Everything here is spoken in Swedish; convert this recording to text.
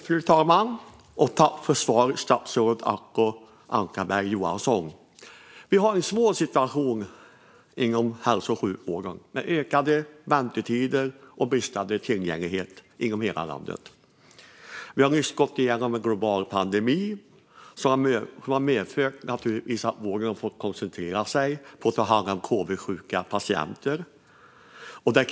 Fru talman! Tack för svaret, statsrådet Acko Ankarberg Johansson! Vi har en svår situation inom hälso och sjukvården, med ökande väntetider och bristande tillgänglighet i hela landet. Vi har nyss gått igenom en global pandemi som naturligtvis har medfört att vården har fått koncentrera sig på att ta hand om covidsjuka patienter.